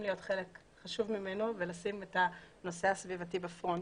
להיות חלק חשוב ממנו ולשים את הנושא הסביבתי בפרונט.